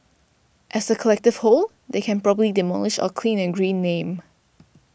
as a collective whole they can probably demolish our clean and green name